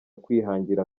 kwihangira